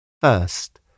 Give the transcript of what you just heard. first